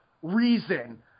reason